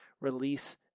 release